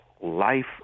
life